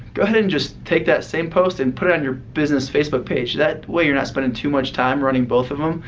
go ahead and just take that same post and put it on your business facebook page. that way you're not spending too much time running both of em.